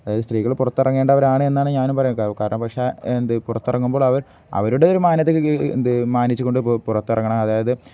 അതായത് സ്ത്രീകൾ പുറത്തിറങ്ങേണ്ടവരാണ് എന്നാണ് ഞാനും പറയുക കാരണം പക്ഷെ എന്ത് പുറത്തിറങ്ങുമ്പോൾ അവർ അവരുടെ ഒരു മാന്യത എന്ത് മാനിച്ചു കൊണ്ട് പുറത്തിറങ്ങണം അതായത്